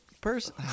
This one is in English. person